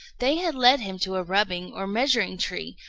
they had led him to a rubbing or measuring-tree,